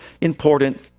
important